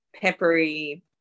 peppery